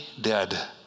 dead